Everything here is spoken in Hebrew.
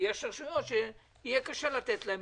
יש רשויות שיהיה קשה לתת להן,